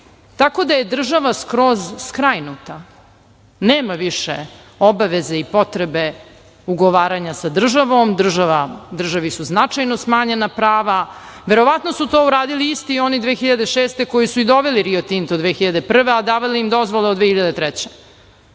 tako da je država skroz skrajnuta, nema više obaveze i potrebe ugovaranja sa državom, državi su značajno smanjena prava. Verovatno su to uradili isti oni 2006. godine koji su doveli „Rio Tinto“ 2001. godine, a davali im dozvole od 2003.